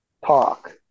talk